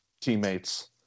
teammates